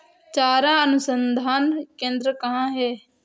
चारा अनुसंधान केंद्र कहाँ है?